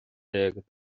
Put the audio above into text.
déag